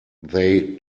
they